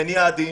אין יעדים,